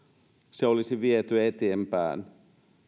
se olisi viety eteenpäin